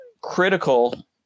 critical